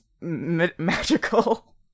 Magical